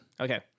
okay